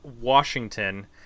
Washington